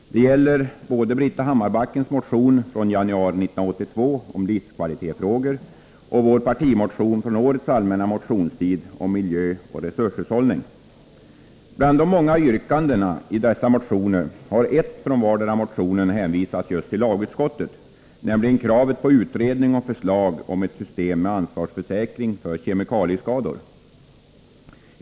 Det gäller både Britta Hammarbackens motion från januari 1982 om livskvalitetsfrågor och vår partimotion från årets allmänna motionstid om miljö och resurshushållning. Bland de många yrkandena i dessa motioner har ett från vardera motionen hänvisats till lagutskottet, nämligen kravet på utredning av och kravet på förslag om ett system med ansvarsförsäkring för kemikalieskador.